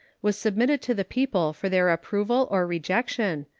was submitted to the people for their approval or rejection,